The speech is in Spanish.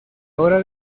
hora